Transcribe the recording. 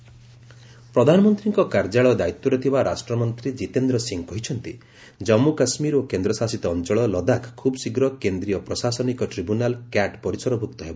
cat conference ପ୍ରଧାନମନ୍ତ୍ରୀଙ୍କ କାର୍ଯ୍ୟାଳୟ ଦାୟିତ୍ୱରେ ଥିବା ରାଷ୍ଟ୍ରମନ୍ତ୍ରୀ ଜିତେନ୍ଦ୍ର ସିଂ କହିଛନ୍ତି କାଞ୍ଚୁ କାଶ୍ମୀର ଓ କେନ୍ଦ୍ରଶାସିତ ଅଞ୍ଚଳ ଲଦାଖ ଖୁବ୍ଶୀଘ୍ର କେନ୍ଦ୍ରୀୟ ପ୍ରଶାସନିକ ଟ୍ରିବ୍ୟୁନାଲ କ୍ୟାଟ୍ ପରିସରଭୁକ୍ତ ହେବ